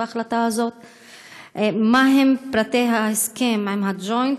2. מהם פרטי ההסכם עם הג'וינט?